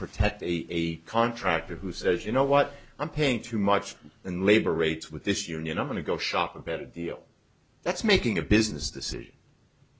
protect a contractor who says you know what i'm paying too much in labor rates with this union i'm going to go shop at a deal that's making a business decision